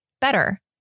better